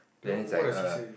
then he's like err